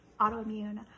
autoimmune